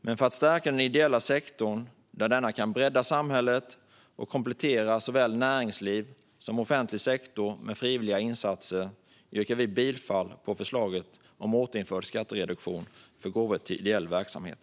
Men för att stärka den ideella sektorn, där denna kan bredda samhället och komplettera såväl näringsliv som offentlig sektor med frivilliga insatser, yrkar vi bifall till förslaget om återinförd skattereduktion för gåvor till ideell verksamhet.